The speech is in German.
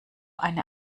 eine